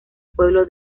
pueblo